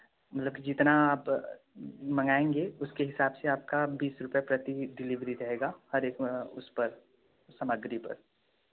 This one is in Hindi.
मतलब जितना आप मंगाएंगे उसके हिसाब से आपका बीस रुपये प्रति डिलीवरी रहेगा हर एक उस पर सामग्री पर